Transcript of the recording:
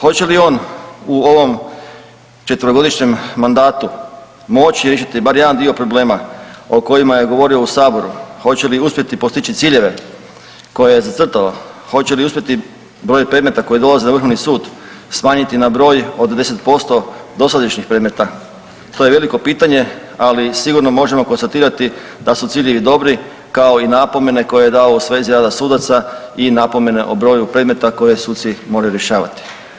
Hoće li on u ovom 4-godišnjem mandatu moći riješiti bar jedan dio problema o kojima je govorio u saboru, hoće li uspjeti postići ciljeve koje je zacrtao, hoće li uspjeti broj predmeta koji dolaze na vrhovni sud smanjiti na broj od 10% dosadašnjih predmeta, to je veliko pitanje, ali sigurno možemo konstatirati da su ciljevi dobri, kao i napomene koje je dao u svezi rada sudaca i napomene o broju predmeta koje suci moraju rješavati.